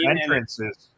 entrances